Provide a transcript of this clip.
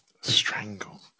Strangle